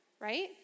right